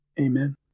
Amen